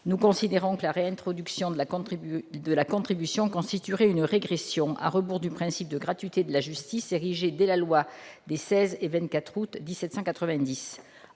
Nous considérons que la réintroduction d'une contribution constituerait une régression, à rebours du principe de gratuité de la justice érigé dès la loi des 16 et 24 août 1790.